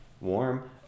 warm